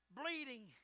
bleeding